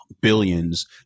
billions